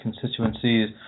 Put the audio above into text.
constituencies